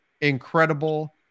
incredible